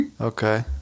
okay